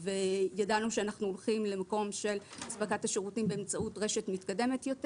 וידענו שאנחנו הולכים למקום של אספקת שירותים באמצעות רשת מתקדמת יותר.